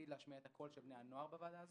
להשמיע את הקול של בני הנוער בוועדה הזו.